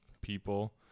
people